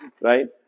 right